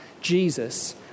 Jesus